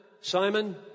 Simon